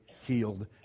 healed